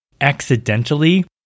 accidentally